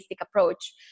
approach